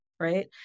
right